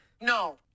No